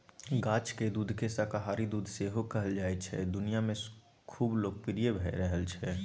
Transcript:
गाछक दुधकेँ शाकाहारी दुध सेहो कहल जाइ छै दुनियाँ मे खुब लोकप्रिय भ रहल छै